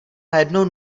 najednou